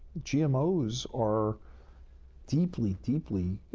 gmos are deeply, deeply